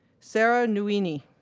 sara nouini,